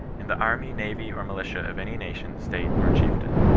in the army, navy, or militia of any nation, state, or chieftain.